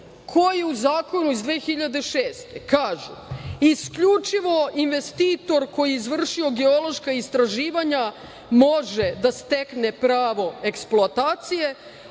koji u zakonu iz 2006. godine kažu – isključivo investitor koji je izvršio geološka istraživanja može da stekne pravo eksploatacije,